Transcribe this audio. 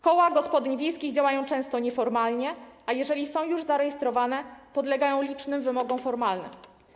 Koła gospodyń wiejskich działają często nieformalnie, a jeżeli są już zarejestrowane, podlegają licznym wymogom formalnym.